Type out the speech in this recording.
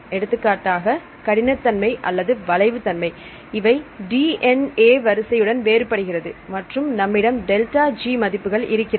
எடுத்துக்காட்டாக கடினத்தன்மை அல்லது வளைவு தன்மை இவை DNA வரிசையுடன் வேறுபடுகிறது மற்றும் நம்மிடம் ΔG மதிப்புகள் இருக்கிறது